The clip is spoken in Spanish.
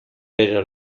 pero